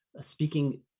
speaking